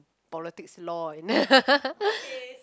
politics law